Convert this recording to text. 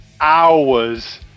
hours